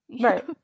Right